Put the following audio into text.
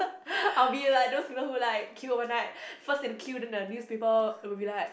I will be like those people who like queue overnight first in the queue then in the newspaper it would be like